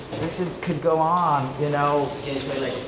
this and could go on, you know.